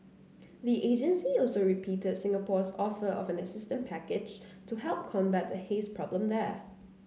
the agency also repeated Singapore's offer of an assistance package to help combat the haze problem there